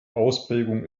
ausprägung